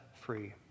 free